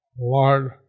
Lord